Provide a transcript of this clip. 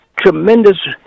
tremendous